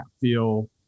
feel